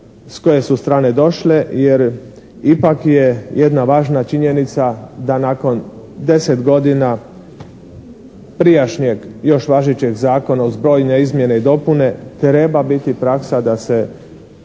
s koje su strane došle, jer ipak je jedna važna činjenica da nakon 10 godina prijašnjeg još važećeg zakona uz brojne izmjene i dopune treba biti praksa da se